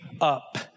up